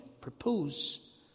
propose